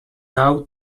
now